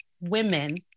women